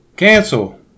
Cancel